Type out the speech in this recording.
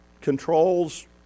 controls